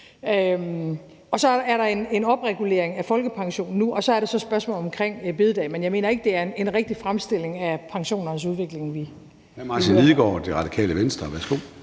Så er der en opregulering af folkepensionen nu, og så er der så spørgsmålet omkring bededag. Men jeg mener ikke, det er en rigtig fremstilling af pensionernes udvikling,